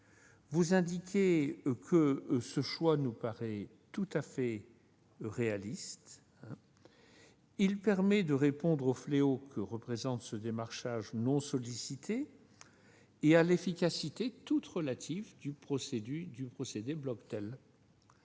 positif. Ce choix nous paraît tout à fait réaliste. Il permet de répondre au fléau que représente ce démarchage non sollicité et à l'efficacité toute relative du dispositif Bloctel.